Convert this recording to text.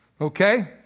okay